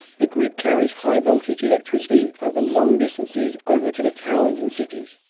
the grid carries high-voltage electricity over long distances, over to the towns and cities.